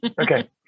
Okay